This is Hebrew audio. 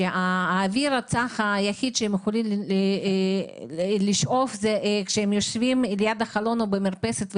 האוויר הצח היחיד שהם יכולים לשאוף זה כשהם יושבים ליד החלון או במרפסת.